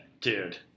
dude